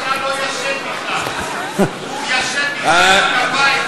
ראש הממשלה לא ישן בכלל, הוא ישן בכלל עם הגרביים.